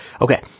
Okay